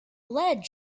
ledge